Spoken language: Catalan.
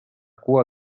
cua